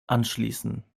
anschließen